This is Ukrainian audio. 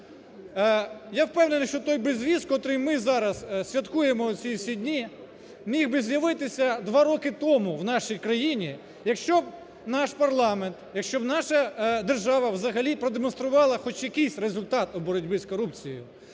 Я впевнений, що той безвіз, котрий ми зараз святкуємо ці всі дні міг би з'явитися два роки тому в нашій країні, якщо б наш парламент, якщо б наша держава, взагалі, продемонстрували хоч якийсь результат в боротьбі з корупцією.